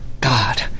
God